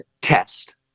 test